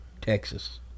Texas